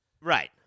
Right